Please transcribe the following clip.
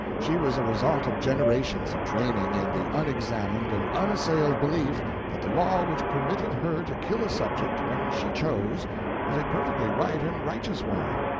she was a result of generations of training in the unexamined and unassailed belief that the law which permitted her to kill a subject when she chose was a perfectly right and righteous one.